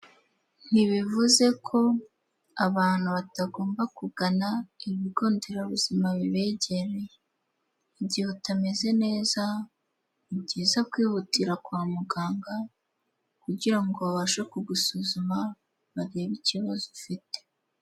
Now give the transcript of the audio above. Ntibivuze ko abantu batagomba kugana ibigo nderabuzima bibegereye. Igihe utameze neza ni byiza kwihutira kwa muganga kugira babashe kugusuzuma, barebe ikibazo ufite.